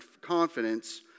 confidence